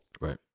Right